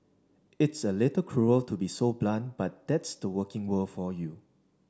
it's a little cruel to be so blunt but that's the working world for you